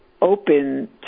Open